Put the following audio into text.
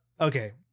okay